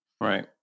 right